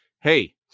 hey